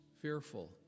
fearful